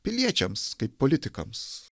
piliečiams kaip politikams